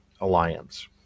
alliance